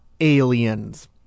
aliens